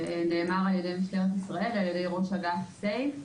משטרת ישראל וראש אגף סי"ף.